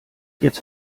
jetzt